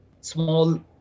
small